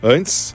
Antes